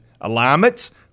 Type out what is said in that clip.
Alignments